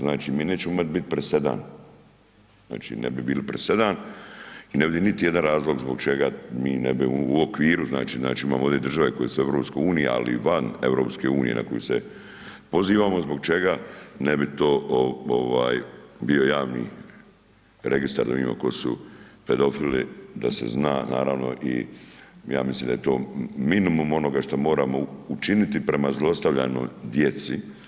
Znači mi nećemo imat bit presedan, znači ne bi bili presedan i ne vidim niti jedan razlog zbog čega mi ne bi u okviru znači imamo ovdje i države koje su u EU, ali i van EU na koju se pozivamo zbog čega ne bi to ovaj bio javni registar da vidimo tko su pedofili da se zna, naravno i ja mislim da je to minimum onoga što moramo učiniti prema zlostavljanoj djeci.